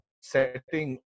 setting